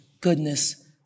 goodness